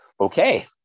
Okay